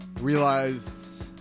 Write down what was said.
Realize